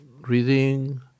reading